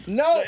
no